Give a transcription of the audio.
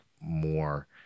more